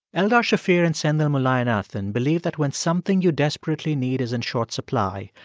eldar shafir and sendhil mullainathan believe that when something you desperately need is in short supply,